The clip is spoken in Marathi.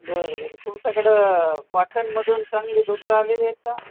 बरं बरं तुमच्याकडं कॉटनमधून चांगली धोतरं आलेली आहे का